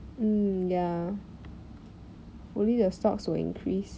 mm ya only the stocks will increase